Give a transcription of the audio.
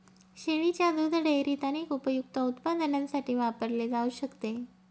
शेळीच्या दुध डेअरीत अनेक उपयुक्त उत्पादनांसाठी वापरले जाऊ शकते